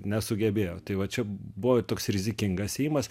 nesugebėjo tai va čia buvo toks rizikingas ėjimas